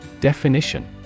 Definition